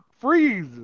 Freeze